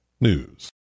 News